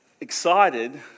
excited